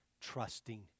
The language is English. trusting